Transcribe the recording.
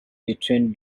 between